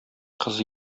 кыз